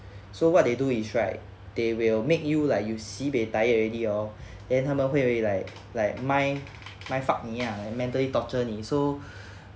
so what they do is right they will make you like you sibeh tired already orh then 他们会为 like like mind mind fuck 你 ah mentally torture 你 so